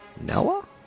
Noah